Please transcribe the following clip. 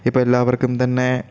ഇപ്പം എല്ലാവർക്കും തന്നെ